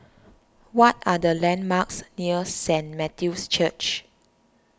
what are the landmarks near Saint Matthew's Church